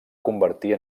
convertir